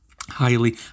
Highly